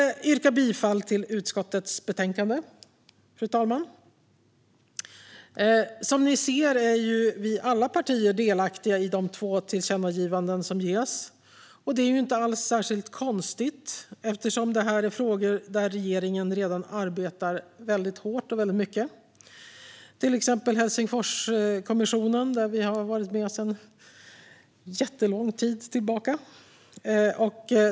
Jag yrkar bifall till utskottets förslag i betänkandet. Som ni ser är vi alla partier delaktiga i de två tillkännagivanden som ges. Det är inte alls särskilt konstigt, eftersom det är frågor där regeringen redan arbetar väldigt hårt och väldigt mycket. Det gäller till exempel Helsingforskommissionen där vi har varit med sedan jättelång tid tillbaka.